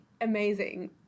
amazing